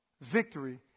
victory